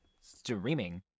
streaming